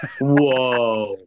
Whoa